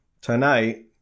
tonight